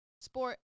sport